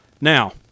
Now